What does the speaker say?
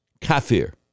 kafir